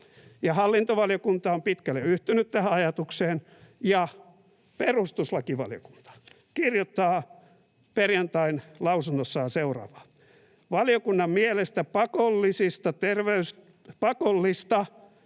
Hallintovaliokunta on pitkälle yhtynyt tähän ajatukseen, ja perustuslakivaliokunta kirjoittaa perjantain lausunnossaan seuraavaa: ”Valiokunnan mielestä pakollista terveystarkastusta